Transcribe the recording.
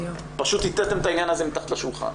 פשוט טאטאתם את העניין הזה מתחת לשולחן.